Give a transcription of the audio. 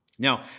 Now